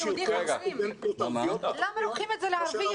יש יותר סטודנטיות ערביות מאשר --- למה אנחנו לוקחים את זה לערבים,